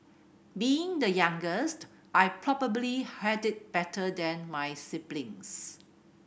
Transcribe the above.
being the youngest I probably had it better than my siblings